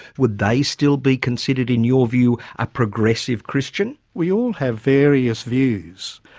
would they still be considered in your view, a progressive christian? we all have various views.